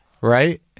Right